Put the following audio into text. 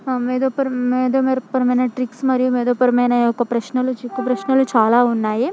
మేధోపరమైన మేధోపరమైన ట్రిక్స్ మరియు మేధోపరమైన ఆ యొక్క ప్రశ్నలు చిక్కు ప్రశ్నలు చాలా ఉన్నాయి